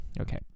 Okay